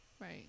Right